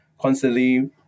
constantly